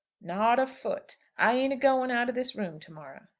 not a foot i ain't a-going out of this room to-morrow.